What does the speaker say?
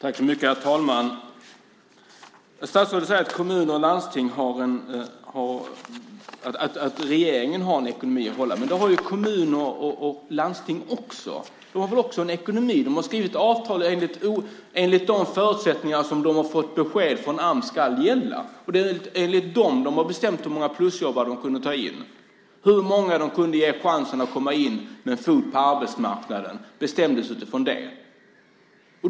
Herr talman! Statsrådet säger att regeringen har en ekonomi att hålla. Men det har ju kommuner och landsting också. De har också en ekonomi. De har skrivit avtal enligt de förutsättningar som de har fått besked om från Ams ska gälla. Det är enligt de beskeden som de har bestämt hur många plusjobbare de kunde ta in. Hur många de kunde ge chansen att komma in med en fot på arbetsmarknaden bestämdes utifrån det.